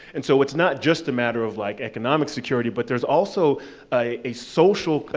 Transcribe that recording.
and so it's not just a matter of like economic security, but there's also a social,